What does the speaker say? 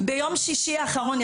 ביום שישי האחרון,